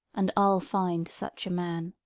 and i'll find such a man.